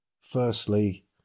firstly